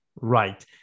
right